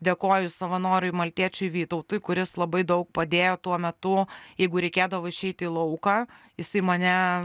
dėkoju savanoriui maltiečiui vytautui kuris labai daug padėjo tuo metu jeigu reikėdavo išeiti į lauką jisai mane